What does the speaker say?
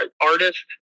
artist